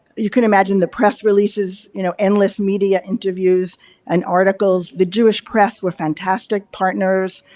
you can imagine the press releases, you know, endless media interviews and articles, the jewish press were fantastic partners,